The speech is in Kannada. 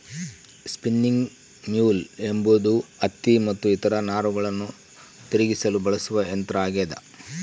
ಸ್ಪಿನ್ನಿಂಗ್ ಮ್ಯೂಲ್ ಎಂಬುದು ಹತ್ತಿ ಮತ್ತು ಇತರ ನಾರುಗಳನ್ನು ತಿರುಗಿಸಲು ಬಳಸುವ ಯಂತ್ರ ಆಗ್ಯದ